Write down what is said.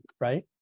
right